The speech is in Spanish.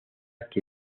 que